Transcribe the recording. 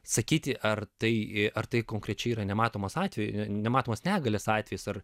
sakyti ar tai ar tai konkrečiai yra nematomos atveju nematomos negalios atvejis ar